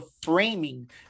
framing